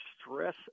stress